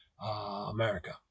America